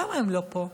למה הם לא פה?